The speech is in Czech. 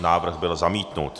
Návrh byl zamítnut.